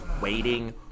waiting